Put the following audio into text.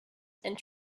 and